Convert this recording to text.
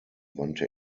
wandte